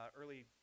early